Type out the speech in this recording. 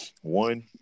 One